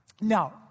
Now